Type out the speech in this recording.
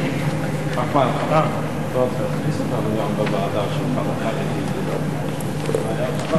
חבר הכנסת חנא סוייד, 32 דקות, כמעט שעה אקדמית.